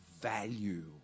value